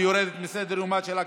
ויורדת מסדר-יומה של הכנסת.